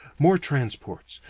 more transports.